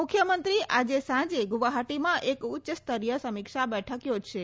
મુખ્યમંત્રી આજે સાંજે ગુવાહાટીમાં એક ઉચ્ચ સ્તરીય સુરક્ષા બેઠક યોજશે